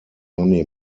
money